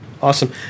Awesome